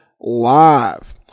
Live